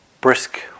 brisk